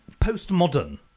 Postmodern